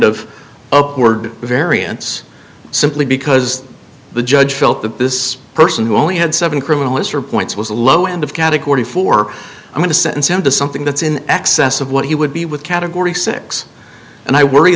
upward variance simply because the judge felt that this person who only had seven criminalists or points was a low end of category four i'm going to sentence him to something that's in excess of what he would be with category six and i worry